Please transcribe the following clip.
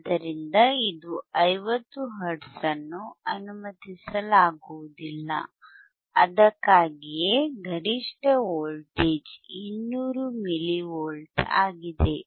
ಆದ್ದರಿಂದ ಇದು 50 ಹರ್ಟ್ಜ್ ಅನ್ನು ಅನುಮತಿಸಲಾಗುವುದಿಲ್ಲ ಅದಕ್ಕಾಗಿಯೇ ಗರಿಷ್ಠ ವೋಲ್ಟೇಜ್ 200 ಮಿಲಿ ವೋಲ್ಟ್ ಆಗಿದೆ